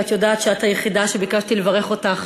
ואת יודעת שאת היחידה שביקשתי לברך אותך